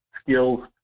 skills